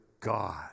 God